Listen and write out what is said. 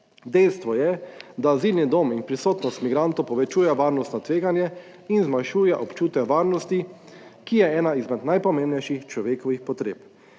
Dejstvo je, da azilni dom in prisotnost migrantov povečuje varnostno tveganje in zmanjšuje občutek varnosti, ki je ena izmed najpomembnejših človekovih potreb.